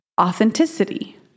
authenticity